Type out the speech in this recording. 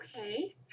Okay